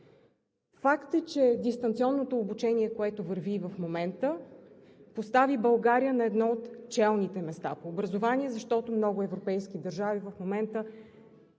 Факт е, че дистанционното обучение, което върви и в момента, постави България на едно от челните места в образованието, защото много европейски държави в момента